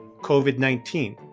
COVID-19